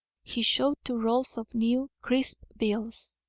he showed two rolls of new, crisp bills.